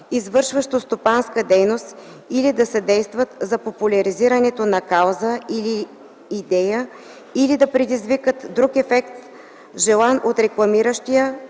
извършващо стопанска дейност, или да съдействат за популяризирането на кауза или идея или да предизвикат друг ефект, желан от рекламиращия,